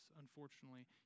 unfortunately